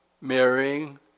marrying